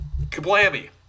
Kablammy